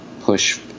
push